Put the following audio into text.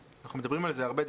אנחנו מדברים על זה הרבה,